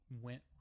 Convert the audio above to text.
went